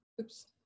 Oops